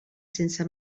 sense